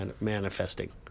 manifesting